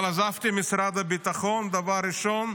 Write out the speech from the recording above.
אבל עזבתי את משרד הביטחון, ודבר ראשון,